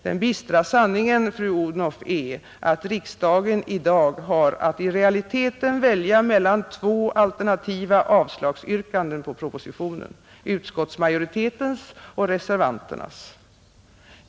Den bistra sanningen, fru Odhnoff, är att riksdagen i dag i realiteten har att välja mellan två alternativa avstyrkanden av propositionen — utskottsmajoritetens och reservanternas.